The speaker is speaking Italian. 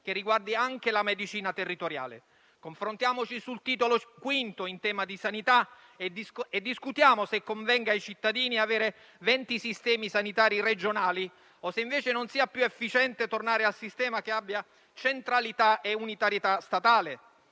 che riguardi anche la medicina territoriale. Confrontiamoci sul Titolo V in tema di sanità e discutiamo se convenga ai cittadini avere 20 sistemi sanitari regionali o se, invece, non sia più efficiente tornare a un sistema che abbia centralità e unitarietà statale.